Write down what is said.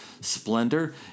Splendor